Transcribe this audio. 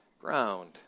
ground